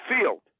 field